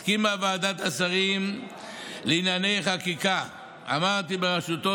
הסכימה ועדת השרים לענייני חקיקה בראשותו